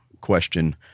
question